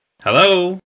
Hello